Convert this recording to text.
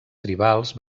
tribals